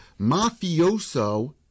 mafioso